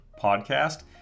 podcast